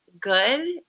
good